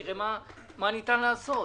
נראה מה ניתן לעשות.